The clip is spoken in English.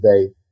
today